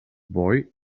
boy